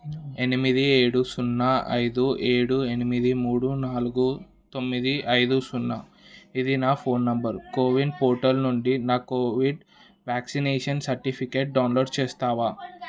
ఎనిమిది ఏడు సున్నా ఐదు ఏడు ఎనిమిది మూడు నాలుగు తొమ్మిది ఐదు సున్నా ఇది నా ఫోన్ నంబర్ కోవిన్ పోర్టల్ నుండి నా కోవిడ్ వ్యాక్సినేషన్ సర్టిఫికేట్ డౌన్లోడ్ చేస్తావా